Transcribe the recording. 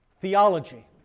Theology